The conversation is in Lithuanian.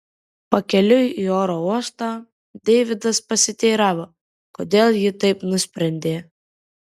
pakeliui į oro uostą deividas pasiteiravo kodėl ji taip nusprendė